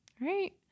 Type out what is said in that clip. right